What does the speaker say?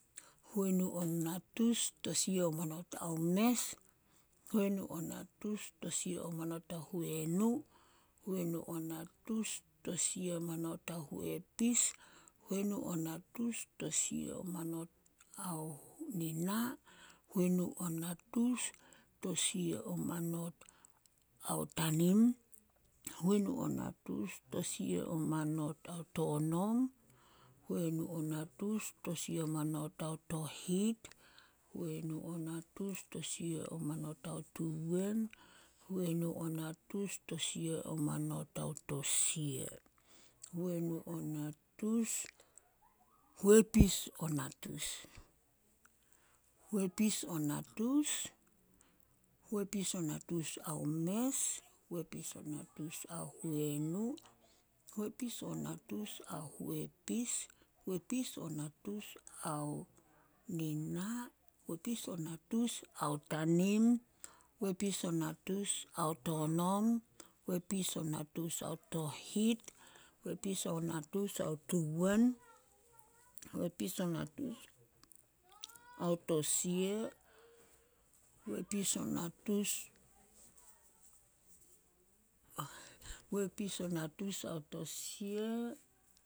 ﻿ Huenu o natus tosia o manot ao mes, huenu o natus tosia o manot ao huenu, huenu o natus tosia o manot ao huepis, huenu o natus tosia o manot ao nina, huenu o natus tosia o manot ao tanim, huenu o natus tosia o manot ao tonom, huenu o natus tosia o manot ao tohit, huenu o natus tosia o manot ao tuwen, huenu o natus tosia o manot ao tosia, huepis o natus. Huepus o natis ao mes, huepis o natus ao huenu, huepis o natus ao nina, huepis o natus ao tanim, huepis o natus ao tonom, huepis o natus ao tohit, huepis o natus ao tuwen, huepis o natus ao tosia- huepis o natus huepis o natus ao tosia,